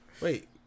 Wait